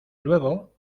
luego